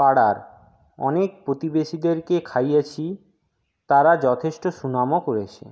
পাড়ার অনেক প্রতিবেশীদেরকে খাইয়েছি তারা যথেষ্ট সুনামও করেছে